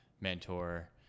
mentor